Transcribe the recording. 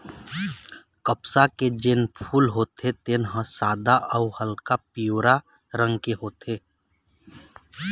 कपसा के जेन फूल होथे तेन ह सादा अउ हल्का पीवरा रंग के होथे